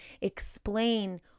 explain